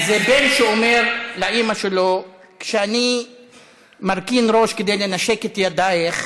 זה בן שאומר לאימא שלו: כשאני מרכין ראש כדי לנשק את ידייך